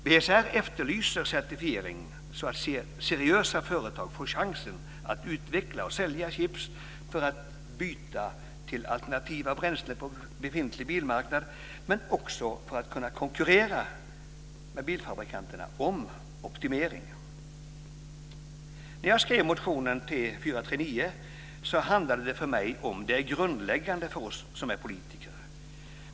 BSR efterlyser certifiering så att seriösa företag får chansen att utveckla och sälja chips för att byta till alternativa bränslen på befintlig bilmarknad men också för att kunna konkurrera med bilfabrikanterna om optimering. När jag skrev motion T439 handlade det för mig om det grundläggande för oss som politiker.